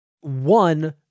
One